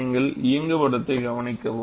நீங்கள் இயங்குபடத்தை கவனிக்கவும்